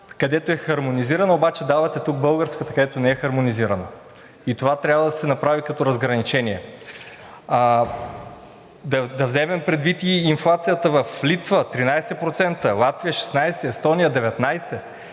където е хармонизирана обаче, давате тук българската, където не е хармонизирана. И това трябва да се направи като разграничение. Да вземем предвид и инфлацията в Литва – 13%, Латвия – 16, Естония –